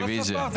רביזיה.